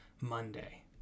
Monday